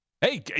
Hey